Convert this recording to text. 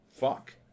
fuck